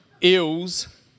ills